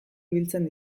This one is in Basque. ibiltzen